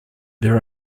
there